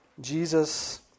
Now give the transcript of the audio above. Jesus